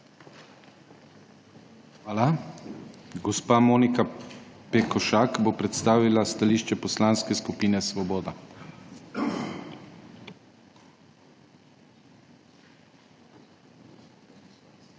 Hvala. Gospa Monika Pekošak bo predstavila stališče Poslanske skupine Svoboda.